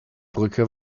brücke